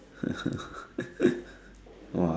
!wah!